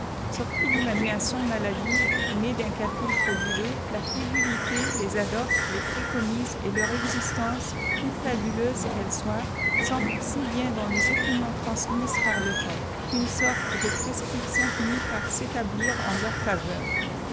sortis d'imaginations maladives ou nés d'un calcul frauduleux la crédulité les adopte les préconise et leur existence toute fabuleuse qu'elle hfàif ft'ancre si bien dans les opinions transmises par le temps une sorte de prescription finit par s'établir en leur faveur